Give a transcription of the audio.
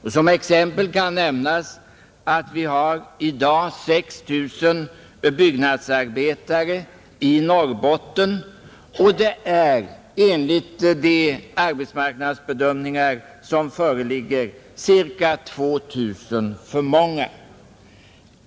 Såsom exempel kan nämnas att vi i dag har 6 000 byggnadsarbetare i Norrbotten, vilket enligt de arbetsmarknadsbedömningar som föreligger är ca 2 000 för många.